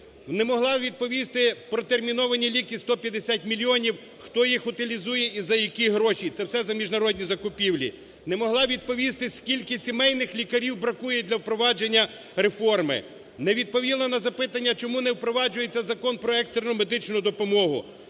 Не могла відповісти протерміновані ліки 150 мільйонів, хто їх утилізує і за які гроші. Це все за міжнародні закупівлі. Не могла відповісти скільки сімейних лікарів бракує для впровадження реформи. Не відповіла на запитання, чому не впроваджується Закон про екстерну медичну допомогу?